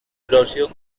erosión